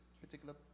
particular